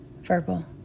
verbal